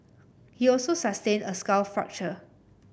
he also sustained a skull fracture